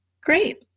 Great